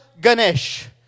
Ganesh